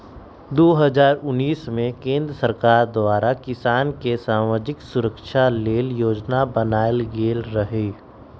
दू हज़ार उनइस में केंद्र सरकार द्वारा किसान के समाजिक सुरक्षा लेल जोजना बनाएल गेल रहई